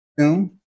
Zoom